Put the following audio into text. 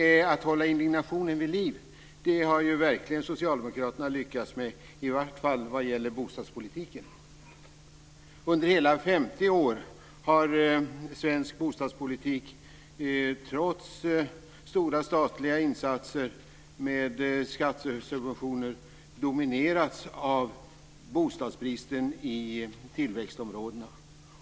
Och att hålla indignationen vid liv har socialdemokraterna verkligen lyckats med, i vart fall vad gäller bostadspolitiken. Under hela 50 år har svensk bostadspolitik trots stora statliga insatser med skattesubventioner dominerats av bostadsbristen i tillväxtområdena.